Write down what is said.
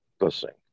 listening